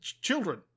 children